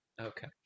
Okay